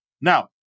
Now